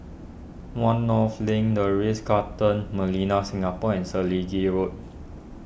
one North Link the Ritz Carlton Millenia Singapore and Selegie Road